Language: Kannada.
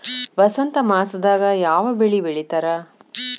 ವಸಂತ ಮಾಸದಾಗ್ ಯಾವ ಬೆಳಿ ಬೆಳಿತಾರ?